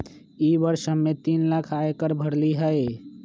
ई वर्ष हम्मे तीन लाख आय कर भरली हई